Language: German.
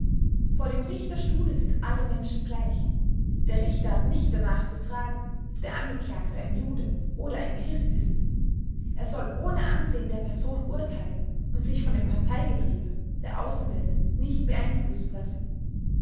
vor dem richterstuhle sind alle menschen gleich der richter hat nicht danach zu fragen ob der angeklagte ein jude oder ein christ ist er soll ohne ansehen der person urteilen und sich von dem parteigetriebe der außenwelt nicht beeinflussen lassen